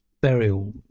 burial